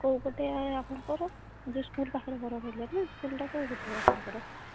କେଉଁପଟେ ଆପଣଙ୍କର ଯେଉଁ ସ୍କୁଲ୍ ପାଖରେ ଘର କହିଲେନା ସ୍କୁଲ୍ଟା କେଉଁ ପଟେ ଆପଣଙ୍କର